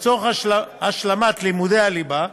לצורך השלמת לימודי הליבה,